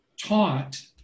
taught